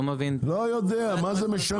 לא יודע, מה זה משנה?